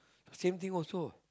same thing also